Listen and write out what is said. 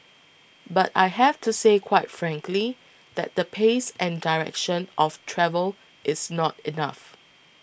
but I have to say quite frankly that the pace and direction of travel is not enough